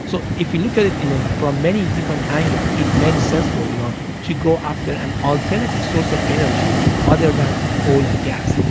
so if you look at it from many different angles, it makes sense for iran to go after an alternative source of energy other than oil and gas.